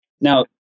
Now